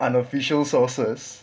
unofficial sources